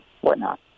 whatnot